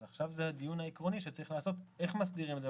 עכשיו צריך לעשות דיון עקרוני איך מסדירים את זה,